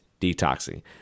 detoxing